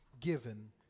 given